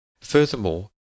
Furthermore